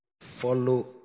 Follow